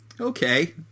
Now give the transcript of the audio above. Okay